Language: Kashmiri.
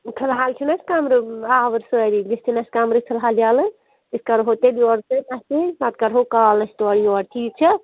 فلحال چھُنہٕ اَسہِ کَمرٕ آوُر سٲری گژھِنۍ اَسہِ کَمرٕ فِلحال یَلہٕ أسۍ کَرہو تیٚلہِ یورٕ تۄہہِ پَس پَتہٕ کَرہو کال أسۍ تورٕ یور ٹھیٖک چھا